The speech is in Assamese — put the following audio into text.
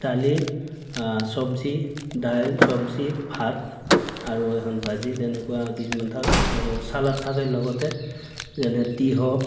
দালি চব্জি দাইল চব্জি ভাত আৰু এখন ভাজি তেনেকুৱা কিছুমান থাকে আৰু চালাদ থাকে লগতে যেনে তিঁয়হ